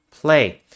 play